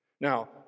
Now